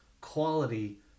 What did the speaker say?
quality